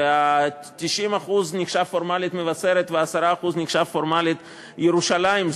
ו-90% נחשב פורמלית מבשרת ו-10% נחשב פורמלית ירושלים,